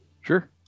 Sure